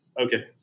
Okay